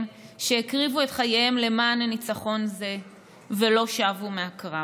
שהקריבו את חייהם למען ניצחון זה ולא שבו מהקרב.